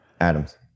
Adams